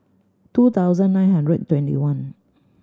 two thousand nine hundred twenty one